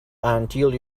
until